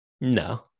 No